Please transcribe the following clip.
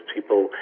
People